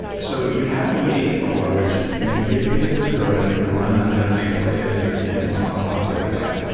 so you have v eight, the core, which you can give pieces of code and it can run them in an isolated and somewhat cooperative way.